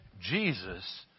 Jesus